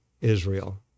Israel